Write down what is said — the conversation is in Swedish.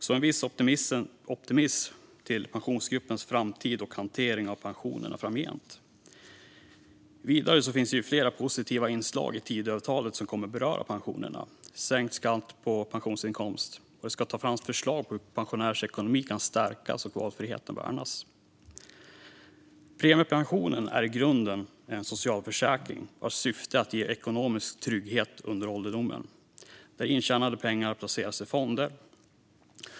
Så en viss optimism känner jag för Pensionsgruppens framtid och hantering av pensionerna framgent. Det finns vidare flera positiva inslag i Tidöavtalet som kommer att beröra pensionerna, till exempel sänkt skatt på pensionsinkomst. Det ska tas fram förslag på hur pensionärers ekonomi kan stärkas och valfriheten värnas. Premiepensionen är grunden i en socialförsäkring vars syfte är att ge ekonomisk trygghet under ålderdomen. Intjänade pengar placeras i fonder.